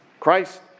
Christ